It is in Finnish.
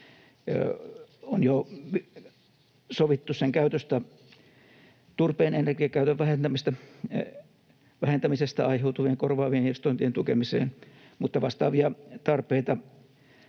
On jo sovittu sen käytöstä turpeen energiakäytön vähentämisestä aiheutuvien korvaavien investointien tukemiseen, mutta vastaavia tarpeita